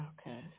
Okay